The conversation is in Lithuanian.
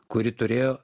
kuri turėjo